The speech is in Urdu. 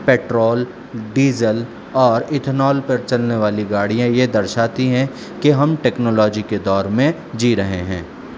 پٹرول ڈیزل اور اتھنال پر چلنے والی گاڑیاں یہ درشاتی ہیں کہ ہم ٹیکنالوجی کے دور میں جی رہے ہیں